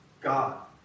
God